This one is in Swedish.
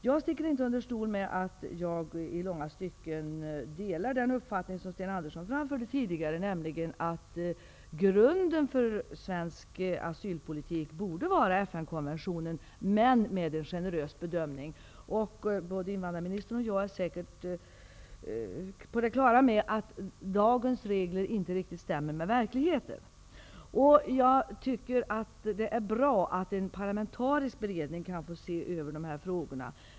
Jag sticker inte under stol med att jag i långa stycken delar den uppfattning som Sten Andersson framförde tidigare, nämligen att grunden för svensk asylpolitik borde vara FN-konventionen, men med en generös bedömning. Både invandrarministern och jag är säkert på det klara med att dagens regler inte riktigt stämmer med verkligheten. Jag tycker att det är bra att en parlamentarisk beredning kan få se över asylfrågorna.